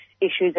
issues